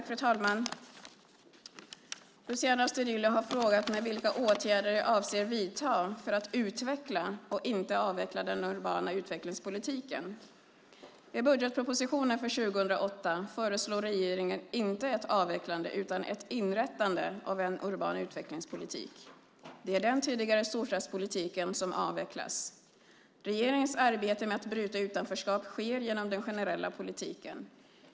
Fru talman! Luciano Astudillo har frågat mig vilka åtgärder jag avser att vidta för att utveckla och inte avveckla den urbana utvecklingspolitiken. I budgetpropositionen för 2008 föreslår regeringen inte ett avvecklande, utan ett inrättande, av en urban utvecklingspolitik. Det är den tidigare storstadspolitiken som avvecklas. Regeringens arbete med att bryta utanförskap sker genom den generella politiken.